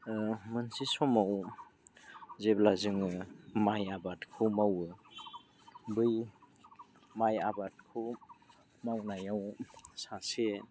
मोनसे समाव जेब्ला जोङो माइ आबादखौ मावो बै माइ आबादखौ मावनायाव सासे